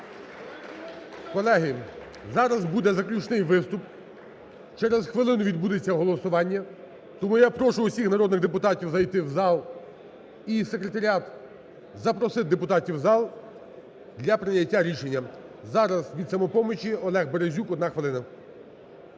Колеги, зараз буде заключний виступ. Через хвилину відбудеться голосування, тому я прошу всіх народних депутатів зайти в зал і секретаріат запросити депутатів у зал для прийняття рішення. Зараз від "Самопомочі" Олег Березюк, 1 хвилина.